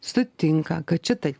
sutinka kad šita